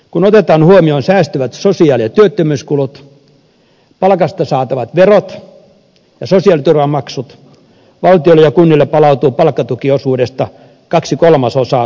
kun otetaan huomioon säästyvät sosiaali ja työttömyyskulut palkasta saatavat verot ja sosiaaliturvamaksut valtiolle ja kunnille palautuu palkkatukiosuudesta kaksi kolmasosaa suoraan takaisin